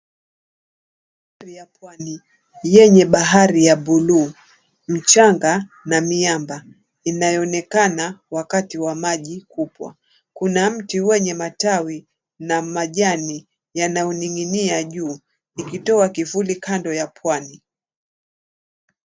Vya pwani yenye bahari ya buluu. Mchanga na miamba inayoonekana wakati wa maji kubwa. Kuna mti wenye matawi na majani yanayoning'inia juu ikitoa kivuli kando ya pwani.